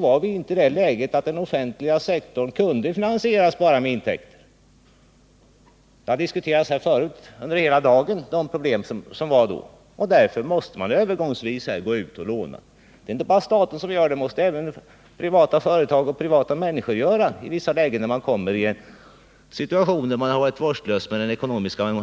var vi inte i det läget att den offentliga sektorn kunde finansieras med bara intäkter. De problem som då fanns har diskuterats under hela dagen i dag. Därför måste man övergångsvis låna. Det är inte bara staten som gör det —-det måste även privata företag och privatpersoner göra när man har varit vårdslös med ekonomin.